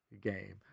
game